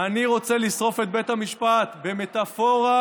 אני רוצה לשרוף את בית המשפט, במטפורה,